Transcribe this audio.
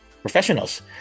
professionals